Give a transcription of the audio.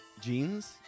jeans